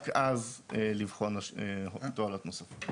רק אז לבחון תועלות נוספות.